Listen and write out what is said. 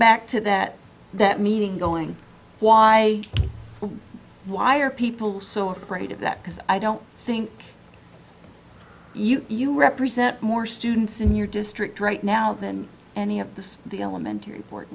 back to that that meeting going why why are people so afraid of that because i don't think you you represent more students in your district right now than any of the the elementary board